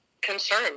concern